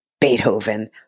Beethoven